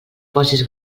posis